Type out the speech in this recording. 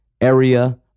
area